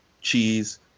cheese